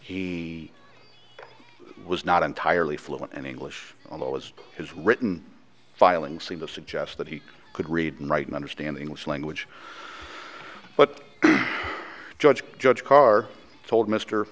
he was not entirely fluent in english although as his written filing seem to suggest that he could read and write and understand english language but judge judge carr told m